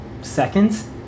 seconds